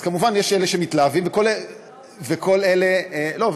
אז כמובן יש אלה שמתלהבים, וכל אלה, לא.